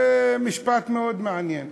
זה משפט מאוד מעניין.